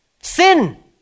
Sin